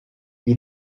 gli